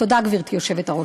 תודה, גברתי היושבת-ראש.